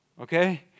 okay